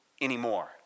anymore